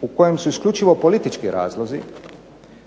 u kojem su isključivo politički razlozi